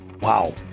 Wow